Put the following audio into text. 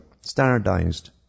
Standardized